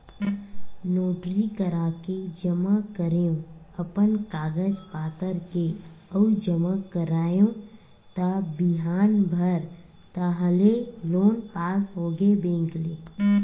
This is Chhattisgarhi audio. नोटरी कराके जमा करेंव अपन कागज पतर के अउ जमा कराएव त बिहान भर ताहले लोन पास होगे बेंक ले